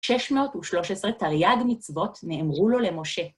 שש מאות ושלוש עשרה, תריג מצוות, נאמרו לו למשה.